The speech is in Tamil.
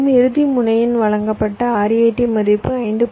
இறுதி முனையின் வழங்கப்பட்ட RAT மதிப்பு 5